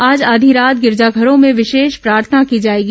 आज आधी रात गिरिजाघरों में विशेष प्रार्थना की जाएगी